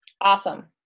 Awesome